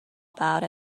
about